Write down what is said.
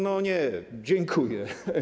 No nie, dziękuję.